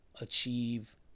achieve